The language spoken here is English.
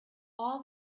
all